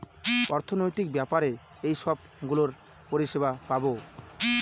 অর্থনৈতিক ব্যাপারে এইসব গুলোর পরিষেবা পাবো